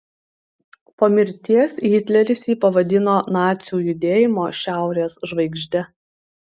po mirties hitleris jį pavadino nacių judėjimo šiaurės žvaigžde